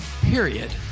Period